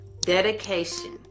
dedication